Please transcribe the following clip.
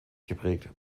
geprägt